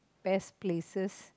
best places